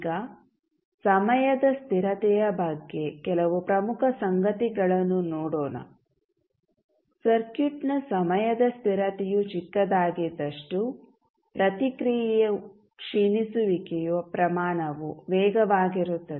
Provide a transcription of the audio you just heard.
ಈಗ ಸಮಯದ ಸ್ಥಿರತೆಯ ಬಗ್ಗೆ ಕೆಲವು ಪ್ರಮುಖ ಸಂಗತಿಗಳನ್ನು ನೋಡೋಣ ಸರ್ಕ್ಯೂಟ್ನ ಸಮಯದ ಸ್ಥಿರತೆಯು ಚಿಕ್ಕದಾಗಿದಷ್ಟು ಪ್ರತಿಕ್ರಿಯೆಯ ಕ್ಷೀಣಿಸುವಿಕೆಯ ಪ್ರಮಾಣವು ವೇಗವಾಗಿರುತ್ತದೆ